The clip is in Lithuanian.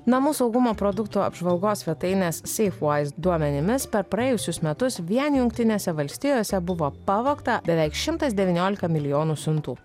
namų saugumo produktų apžvalgos svetainės seifvaiz duomenimis per praėjusius metus vien jungtinėse valstijose buvo pavogta beveik šimtas devyniolika milijonų siuntų